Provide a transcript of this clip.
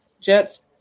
Jets